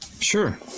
Sure